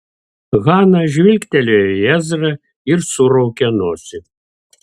hana žvilgtelėjo į ezrą ir suraukė nosį